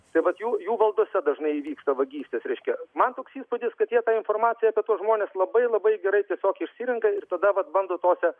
tai vat jų jų valdose dažnai įvyksta vagystės reiškia man toks įspūdis kad jie tą informaciją apie tuos žmones labai labai gerai tiesiog išsirenka ir tada vat bando tose